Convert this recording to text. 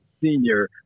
senior